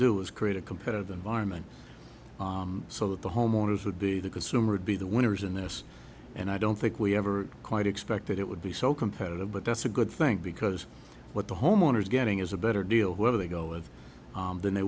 do is create a competitive environment so that the homeowners would be the consumer would be the winners in this and i don't think we ever quite expected it would be so competitive but that's a good thing because what the homeowners are getting is a better deal whether they go in than they